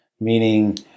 Meaning